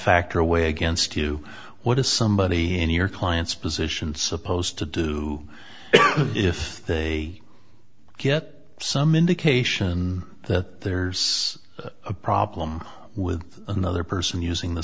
factor weigh against you what is somebody in your client's position supposed to do if they get some indication that there's a problem with another person using the